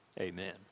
amen